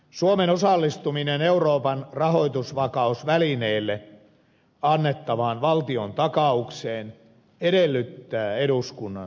suomen osallistuminen euroopan rahoitusvakausvälineelle annettavaan valtiontakaukseen edellyttää eduskunnan suostumusta